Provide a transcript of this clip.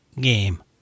game